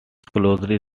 closely